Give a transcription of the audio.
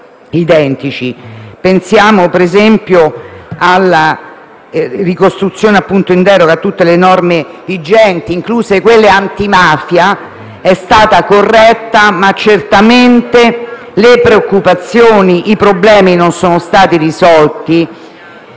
identici. Pensiamo, per esempio, alla ricostruzione in deroga a tutte le norme vigenti, incluse quelle antimafia, che è stata corretta, ma certamente le preoccupazioni e i problemi non sono stati risolti,